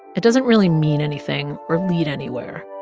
it doesn't really mean anything or lead anywhere,